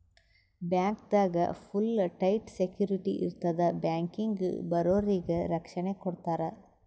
ಬ್ಯಾಂಕ್ದಾಗ್ full tight security ಇರ್ತದ್ ಬ್ಯಾಂಕಿಗ್ ಬರೋರಿಗ್ ರಕ್ಷಣೆ ಕೊಡ್ತಾರ